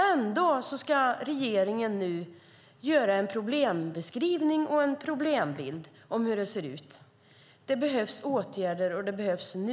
Ändå ska regeringen nu göra en problembeskrivning och en problembild av hur det ser ut. Det behövs åtgärder och de behövs nu.